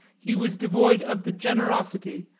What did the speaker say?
he was devoid of the generosity,